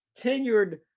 Tenured